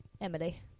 Emily